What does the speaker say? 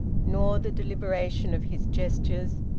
nor the deliberation of his gestures,